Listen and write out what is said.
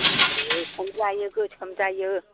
गोसोम जायो गोसोम जायो